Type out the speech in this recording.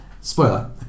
spoiler